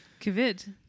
covid